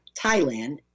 Thailand